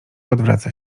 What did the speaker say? odwraca